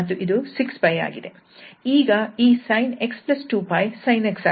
ಈಗ ಈ sin𝑥 2𝜋 sin 𝑥 ಆಗುತ್ತದೆ